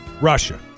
Russia